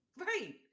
right